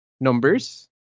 numbers